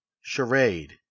Charade